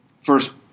First